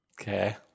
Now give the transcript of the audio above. Okay